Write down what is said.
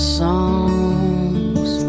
songs